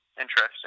interesting